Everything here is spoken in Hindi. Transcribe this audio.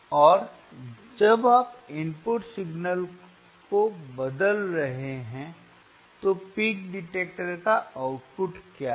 और जब आप इनपुट सिग्नल को बदल रहे हैं तो पीक डिटेक्टर का आउटपुट क्या है